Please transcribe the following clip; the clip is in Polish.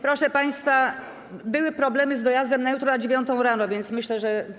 Proszę państwa, były problemy z dojazdem na jutro na godz. 9 rano, więc myślę, że.